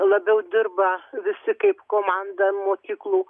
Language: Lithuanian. labiau dirba visi kaip komanda mokyklų